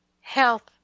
health